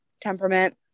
temperament